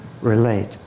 relate